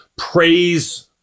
Praise